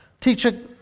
teacher